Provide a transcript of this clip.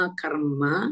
karma